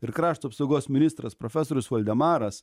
ir krašto apsaugos ministras profesorius valdemaras